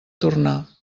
tornar